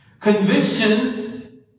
Conviction